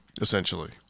Essentially